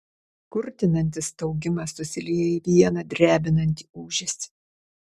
kurtinantis staugimas susilieja į vieną drebinantį ūžesį